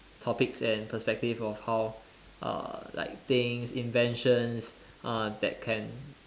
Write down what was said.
topics and perspective of how uh like things inventions uh that can